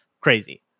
Crazy